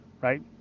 right